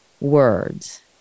words